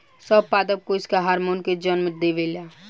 सब पादप कोशिका हार्मोन के जन्म देवेला